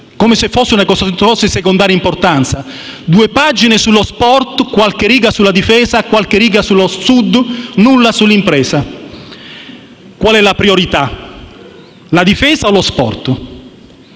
come se fosse una cosa di secondaria importanza: due pagine sullo sport, qualche riga sulla difesa, qualche riga sul Sud, nulla sull'impresa. Qual è la priorità? La difesa o lo sport?